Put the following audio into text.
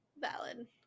Valid